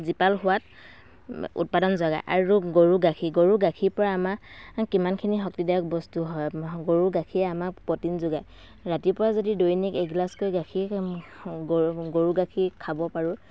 জীপাল হোৱাত উৎপাদন যোগায় আৰু গৰুৰ গাখীৰ গৰুৰ গাখীৰ পৰা আমাৰ কিমান খিনি শক্তিদায়ক বস্তু হয় গৰুৰ গাখীৰে আমাক প্ৰটিন যোগায় ৰাতিপুৱা যদি দৈনিক এগিলাচকৈ গাখীৰ গৰু গৰুৰ গাখীৰ খাব পাৰোঁ